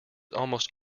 almost